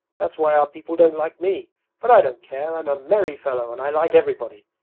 that's why our people don't like me but i don't care! i'm a merry fellow, and i like everybody.